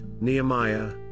Nehemiah